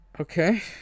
Okay